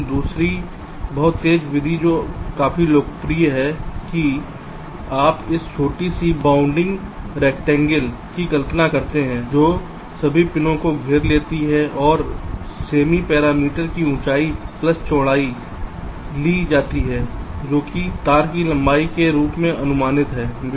लेकिन दूसरी बहुत तेज़ विधि जो काफी लोकप्रिय है कि आप इस छोटी सी बाउंडिंग रैक्टेंगल की कल्पना करते हैं जो सभी पिनों को घेर लेती है और सेमी पेरीमीटर की ऊँचाई प्लस चौड़ाई ली जाती है जो कि तार की लंबाई के रूप में अनुमानित है